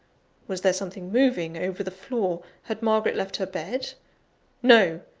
was there something moving over the floor? had margaret left her bed no!